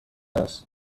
است